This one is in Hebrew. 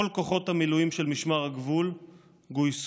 כל כוחות המילואים של משמר הגבול גויסו,